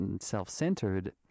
self-centered